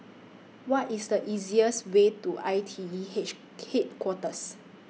What IS The easiest Way to I T E hatch Headquarters